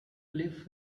cliff